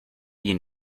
you